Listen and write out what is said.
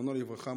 זיכרונו לברכה,